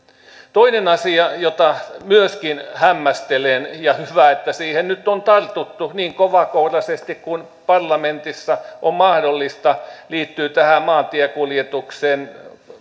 toinen asia jota myöskin hämmästelen ja hyvä että siihen nyt on tartuttu niin kovakouraisesti kuin parlamentissa on mahdollista liittyy maantiekuljetukseen ja